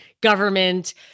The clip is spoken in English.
government